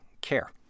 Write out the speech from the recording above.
Care